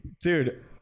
dude